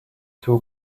two